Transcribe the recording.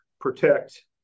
protect